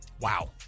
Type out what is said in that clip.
Wow